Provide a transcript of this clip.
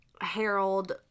harold